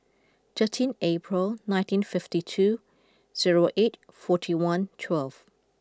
thirteen April nineteen fifty two zero eight forty one twelve